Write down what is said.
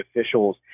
officials